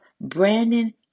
Brandon